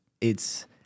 it's-